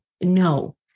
No